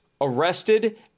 arrested